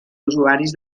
usuaris